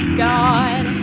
god